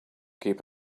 keep